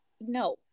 no